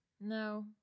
No